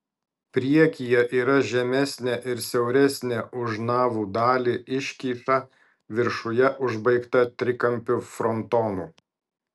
priekyje yra žemesnė ir siauresnė už navų dalį iškyša viršuje užbaigta trikampiu frontonu